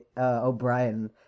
O'Brien